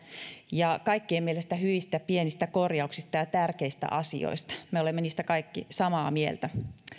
ja kaikkien mielestä hyvistä pienistä korjauksista ja tärkeistä asioista me kaikki olemme niistä samaa mieltä